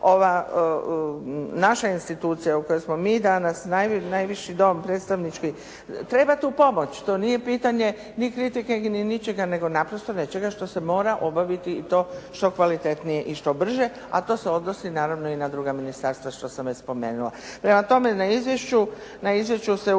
ova naša institucija u kojoj smo mi danas najviši Dom predstavnički, treba tu pomoć. To nije pitanje ni kritike ni ničega, nego naprosto nečega što se mora obaviti i to što kvalitetnije i što brže, a to se odnosi naravno i na druga ministarstva što sam već spomenula. Prema tome na izvješću se uvijek